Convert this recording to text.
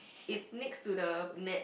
it's next to the net